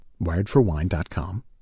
wiredforwine.com